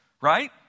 right